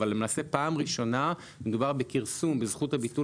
אבל זו פעם ראשונה שמדובר בכרסום בזכות הביטול